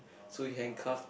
so he handcuff